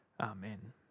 Amen